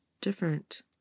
different